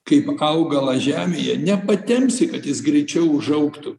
kaip augalą žemėje nepatempsi kad jis greičiau užaugtų